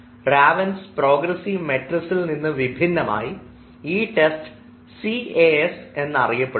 ravens progressive മെട്രിക്സിൽ നിന്നു വിഭിന്നമായി ഈ ടെസ്റ്റ് സി എ എസ് എന്നറിയപ്പെടുന്നു